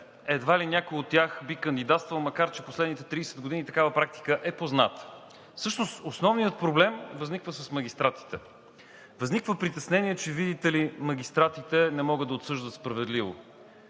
Едва ли някой от тях би кандидатствал, макар че в последните 30 години такава практика е позната. Всъщност основният проблем възниква с магистратите. Възниква притеснение, видите ли, магистратите не могат да отсъждат справедливо.